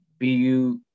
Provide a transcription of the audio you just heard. BU